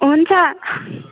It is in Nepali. हुन्छ